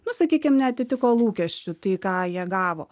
nu sakykim neatitiko lūkesčių tai ką jie gavo